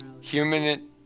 human